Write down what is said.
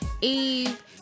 Eve